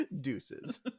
deuces